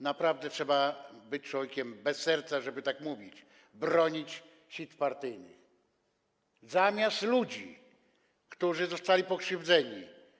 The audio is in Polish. Naprawdę trzeba być człowiekiem bez serca, żeby tak mówić, bronić sitw partyjnych zamiast ludzi, którzy zostali pokrzywdzeni.